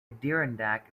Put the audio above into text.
adirondack